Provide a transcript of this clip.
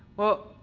well,